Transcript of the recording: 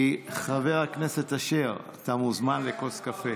חבר הכנסת אשר, אתה מוזמן לכוס קפה.